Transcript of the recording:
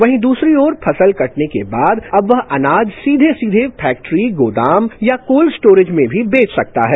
वहीं दूसरी ओर फसल कटने के बाद अब वहां अनाज सीधे सीधे फैक्ट्री गोदाम या कुल स्टोरेज में भी बेच सकता है